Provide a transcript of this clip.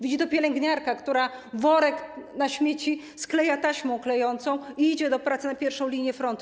Widzi to pielęgniarka, która worek na śmieci skleja taśmą klejącą i idzie do pracy na pierwszą linię frontu.